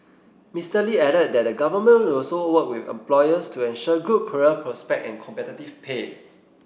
Mister Lee added that the Government will also work with employers to ensure good career prospect and competitive pay